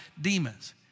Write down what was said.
demons